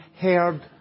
heard